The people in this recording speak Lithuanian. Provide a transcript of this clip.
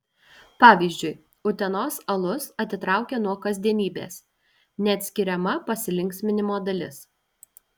pavyzdžiui utenos alus atitraukia nuo kasdienybės neatskiriama pasilinksminimo dalis